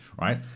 right